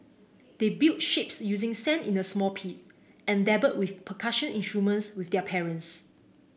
they built shapes using sand in a small pit and dabble with percussion instruments with their parents